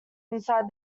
inside